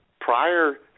prior